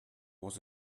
was